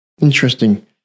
Interesting